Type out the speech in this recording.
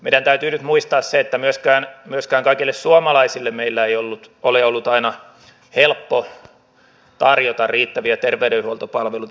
meidän täytyy nyt muistaa se että myöskään kaikille suomalaisille meillä ei ole ollut aina helppoa tarjota riittäviä terveydenhuoltopalveluita